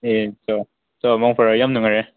ꯑꯦ ꯆꯣ ꯆꯣ ꯃꯪ ꯐꯔꯣ ꯌꯥꯝ ꯅꯨꯡꯉꯥꯏꯔꯦ